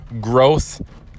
growth